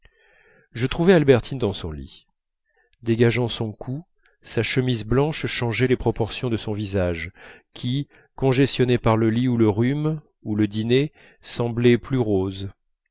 je trouvai albertine dans son lit dégageant son cou sa chemise blanche changeait les proportions de son visage qui congestionné par le lit ou le rhume ou le dîner semblait plus rose